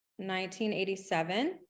1987